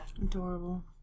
Adorable